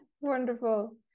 Wonderful